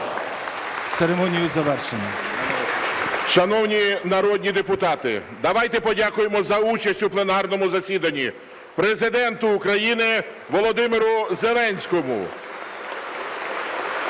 11:55:49 ГОЛОВУЮЧИЙ. Шановні народні депутати, давайте подякуємо за участь у пленарному засіданні Президенту України Володимиру Зеленському